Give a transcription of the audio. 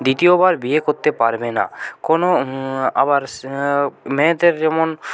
দ্বিতীয়বার বিয়ে করতে পারবে না কোনো আবার মেয়েদের যেমন